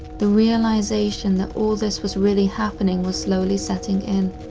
the realization that all this was really happening was slowly setting in.